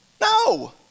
No